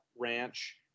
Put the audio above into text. ranch